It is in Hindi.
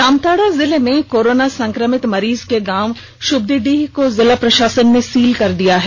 जामताड़ा जिले में कोरोना संक्रमित मरीज के गांव शुबदीडीह को जिला प्रशासन ने सील कर दिया गया है